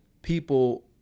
people